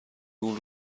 اون